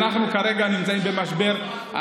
אנחנו כרגע נמצאים במשבר.